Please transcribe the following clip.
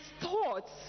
thoughts